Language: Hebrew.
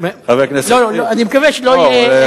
אני מקווה שלא יהיה כאסח.